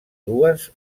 dues